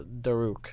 Daruk